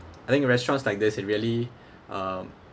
I think restaurants like this it really um